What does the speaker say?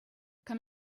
come